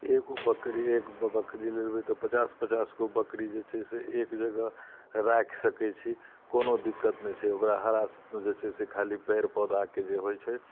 एगो बकरी एक बकरीके रेड़बै तऽ पचास पचास गो बकरी जे छै से एक जगह राखि सकै छी कोनो दिक्कत नहि छै ओकरा हरा जे छै से खाली पेड़ पौधाके जे होइ छै